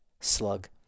slug